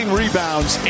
rebounds